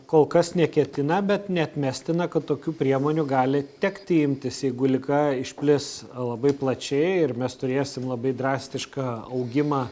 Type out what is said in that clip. kol kas neketina bet neatmestina kad tokių priemonių gali tekti imtis jeigu liga išplis labai plačiai ir mes turėsim labai drastišką augimą